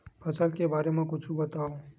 फसल के बारे मा कुछु बतावव